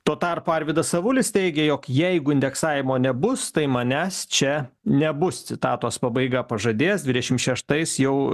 tuo tarpu arvydas avulis teigė jog jeigu indeksavimo nebus tai manęs čia nebus citatos pabaiga pažadės dvidešim šeštais jau